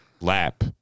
lap